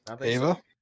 Ava